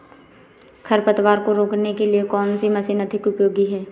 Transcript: खरपतवार को रोकने के लिए कौन सी मशीन अधिक उपयोगी है?